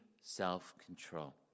self-control